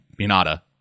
Minata